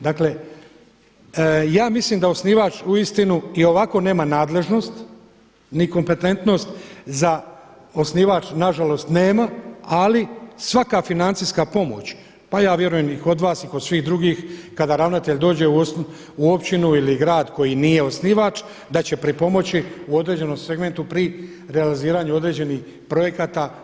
Dakle, ja misli da osnivač uistinu i ovako nema nadležnost ni kompetentnost na žalost nema, ali svaka financijska pomoć, pa vjerujem i kod vas i kod svih drugih kada ravnatelj dođe u općinu ili grad koji nije osnivač da će pripomoći u određenom segmentu pri realiziranju određenih projekata.